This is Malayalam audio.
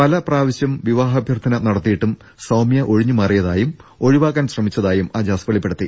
പല പ്രാവശ്യം വിവാഹാഭ്യർത്ഥന നടത്തിയിട്ടും സൌമൃ ഒഴിഞ്ഞുമാറിയതായും ഒഴിവാക്കാൻ ശ്രമിച്ചതായും അജാസ് വെളിപ്പെടുത്തി